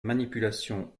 manipulation